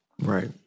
Right